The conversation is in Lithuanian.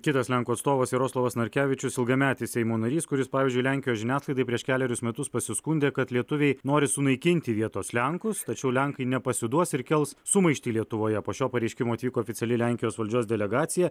kitas lenkų atstovas jaroslavas narkevičius ilgametis seimo narys kuris pavyzdžiui lenkijos žiniasklaidai prieš kelerius metus pasiskundė kad lietuviai nori sunaikinti vietos lenkus tačiau lenkai nepasiduos ir kels sumaištį lietuvoje po šio pareiškimo atvyko oficiali lenkijos valdžios delegacija